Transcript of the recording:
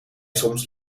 soms